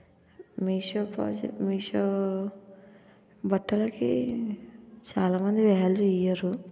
Meesho pro Meesho బట్టలకి చాలా మంది వ్యాల్యూ ఇయ్యరు